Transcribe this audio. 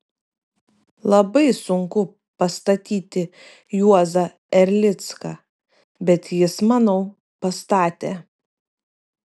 labai sunku pastatyti juozą erlicką bet jis manau pastatė